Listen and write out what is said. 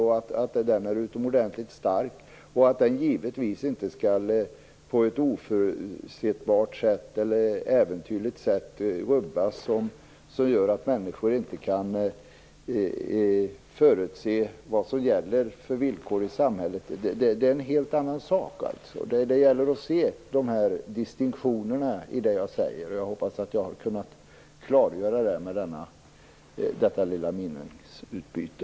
Äganderätten är här utomordentligt stark, och den skall givetvis inte rubbas på ett äventyrligt sätt så att människor inte kan förutse de villkor som gäller i samhället. Men detta är en helt annan sak. Det gäller att kunna se distinktionerna här. Jag hoppas att jag har kunnat klargöra dem genom detta lilla meningsutbyte.